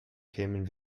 kämen